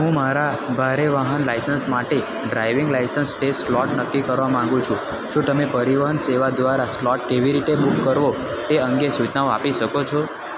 હું મારા ભારે વાહન લાયસન્સ માટે ડ્રાઇવિંગ લાયસન્સ ટેસ્ટ સ્લોટ નક્કી કરવા માંગુ છું શું તમે પરિવહન સેવા દ્વારા સ્લોટ કેવી રીતે બુક કરવો તે અંગે સૂચનાઓ આપી શકો છો